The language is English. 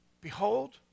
behold